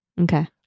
Okay